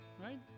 right